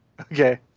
Okay